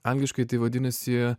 angliškai tai vadinasi